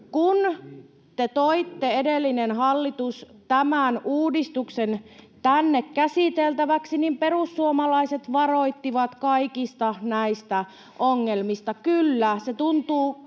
kun te, edellinen hallitus, toitte tämän uudistuksen tänne käsiteltäväksi, niin perussuomalaiset varoittivat kaikista näistä ongelmista. Kyllä, se tuntuu